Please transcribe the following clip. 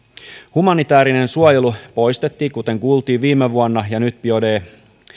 humanitäärinen suojelu poistettiin kuten kuultiin viime vuonna ja nyt biaudet